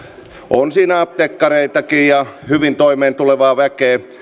on siinä apteekkareitakin ja hyvin toimeentulevaa väkeä